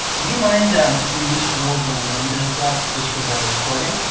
do you mind um if we just roll the windows up just for the recording?